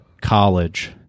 college